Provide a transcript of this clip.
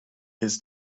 his